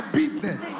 business